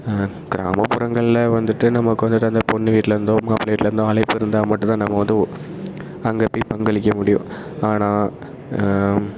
கிராமப்புறங்கள்ல வந்துட்டு நமக்கு வந்துட்டு அந்த பொண்ணு வீட்டில இருந்தோ மாப்பிள்ள வீட்டில இருந்தோ அழைப்பு இருந்தால் மட்டுந்தான் நம்ம வந்து அங்கேப் போய் பங்களிக்க முடியும் ஆனால்